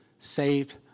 Saved